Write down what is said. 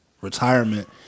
retirement